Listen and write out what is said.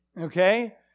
okay